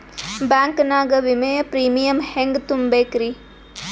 Bank ನಾಗ ವಿಮೆಯ premium ಹೆಂಗ್ ತುಂಬಾ ಬೇಕ್ರಿ?